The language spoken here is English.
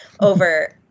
over